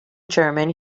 german